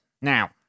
Now